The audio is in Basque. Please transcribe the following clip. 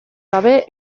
gabe